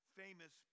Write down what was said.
famous